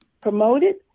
promoted